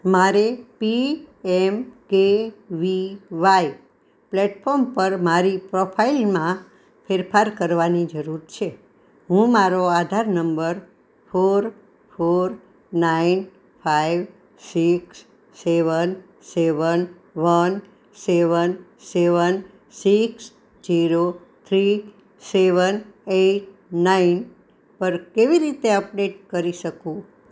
મારે P M K V Y platform પર મારી પ્રોફાઇલમાં ફેરફાર કરવાની જરૂર છે હું મારો Aadhaar number four four nine five six seven seven one seven seven six zero three seven eight nine પર કેવી રીતે અપડેટ કરી શકું